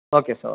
okay sir O